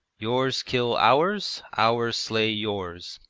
yours kill ours, ours slay yours.